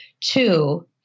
Two